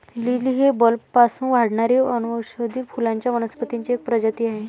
lily ही बल्बपासून वाढणारी वनौषधी फुलांच्या वनस्पतींची एक प्रजाती आहे